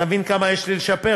אתה מבין כמה יש לי לשפר?